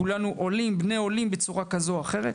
כולנו עולים או בני עולים בצורה כזו או אחרת,